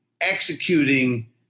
executing